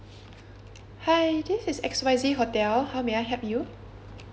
hi this is X Y Z hotel how may I help you